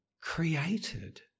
created